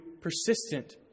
persistent